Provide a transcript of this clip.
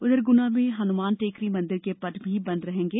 उधर गुना में हनुमान टेकरी मंदिर के पट भी बंद रहेंगे